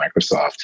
Microsoft